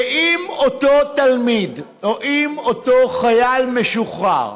ואם אותו תלמיד או אם אותו חייל משוחרר